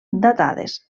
datades